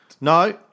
No